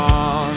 on